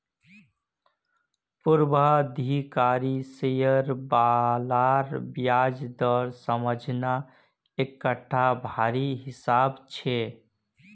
पूर्वाधिकारी शेयर बालार ब्याज दर समझना एकटा भारी हिसाब छै